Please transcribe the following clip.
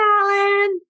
Alan